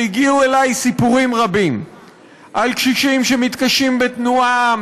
והגיעו אלי סיפורים רבים על קשישים שמתקשים בתנועה,